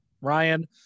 Ryan